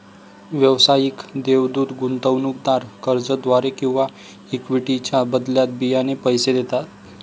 व्यावसायिक देवदूत गुंतवणूकदार कर्जाद्वारे किंवा इक्विटीच्या बदल्यात बियाणे पैसे देतात